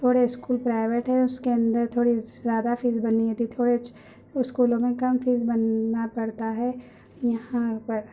تھوڑے school private ہے اس کے اندر تھوڑی زیادہ فیس بھرنی ہوتی تھوڑے اسکولوں میں کم فیس بھرنا پڑتا ہے یہاں پر